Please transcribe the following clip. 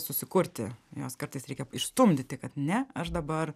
susikurti juos kartais reikia išstumdyti kad ne aš dabar